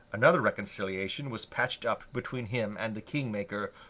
another reconciliation was patched up between him and the king-maker,